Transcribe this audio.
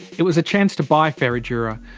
it was a chance to buy ferradura,